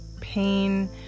pain